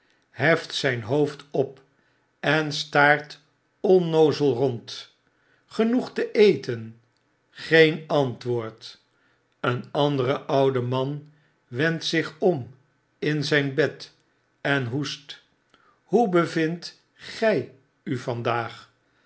heft zyn hoofd op enstaart onnoozel rond genoeg te eten geen antwoord een andere oude man wendt zich om in zyn bed en hoest hoe bevindt gy u vandaag